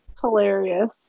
hilarious